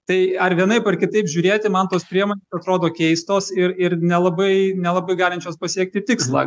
tai ar vienaip ar kitaip žiūrėti man tos priemon atrodo keistos ir ir nelabai nelabai galinčios pasiekti tikslą